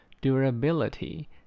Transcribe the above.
Durability